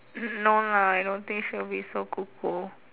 no no I don't think she'll be so kuku